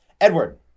Edward